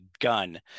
gun